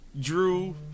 Drew